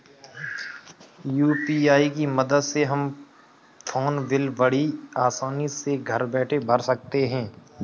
UPI की मदद से हम फ़ोन बिल बड़ी आसानी से घर बैठे भर सकते हैं